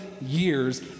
years